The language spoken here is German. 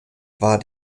war